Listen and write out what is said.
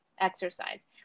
exercise